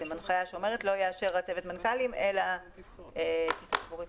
שאומרת לו לא לאשר אלא טיסה ציבורית.